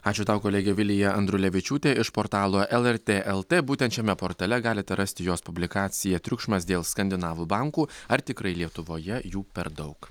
ačiū tau kolegė vilija andrulevičiūtė iš portalo lrt lt būtent šiame portale galite rasti jos publikaciją triukšmas dėl skandinavų bankų ar tikrai lietuvoje jų per daug